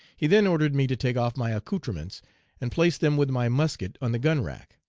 he then ordered me to take off my accoutrements and place them with my musket on the gun rack.